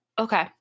Okay